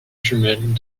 jumelles